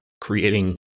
creating